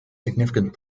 significant